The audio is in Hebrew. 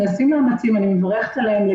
נעשים מאמצים, ואני לגמרי מברכת עליהם,